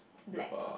black